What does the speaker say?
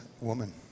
woman